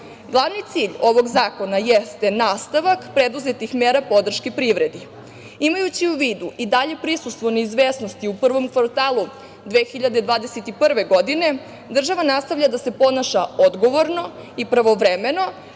Vlada. Glavni cilj ovog zakona jeste nastavak preduzetih mera podrški privredi. Imajući u vidu i dalje prisustvu neizvesnosti u prvom kvartalu 2021. godine, država nastavlja da se ponaša odgovorno i pravovremeno,